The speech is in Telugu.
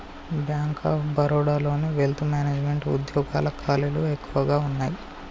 బ్యేంక్ ఆఫ్ బరోడాలోని వెల్త్ మేనెజమెంట్ వుద్యోగాల ఖాళీలు ఎక్కువగా వున్నయ్యి